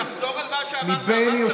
תחזור על מה שאמרת.